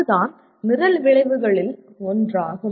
அதுதான் நிரல் விளைவுகளில் ஒன்றாகும்